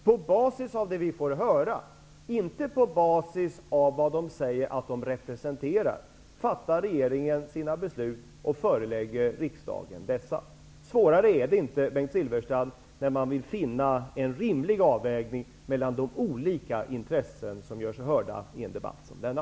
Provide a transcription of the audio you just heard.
På basis av det som vi får höra -- inte på basis av vad de säger att de representerar -- fattar regeringen sina beslut och förelägger riksdagen dessa. Svårare är det inte, Bengt Silfverstrand, när man vill finna en rimlig avvägning mellan de olika intressen som gör sig hörda i en debatt som denna.